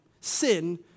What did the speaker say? Sin